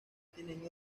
tienen